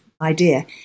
idea